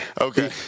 Okay